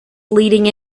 leading